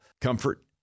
comfort